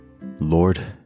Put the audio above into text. Lord